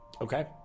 Okay